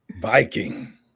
Viking